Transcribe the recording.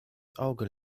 auge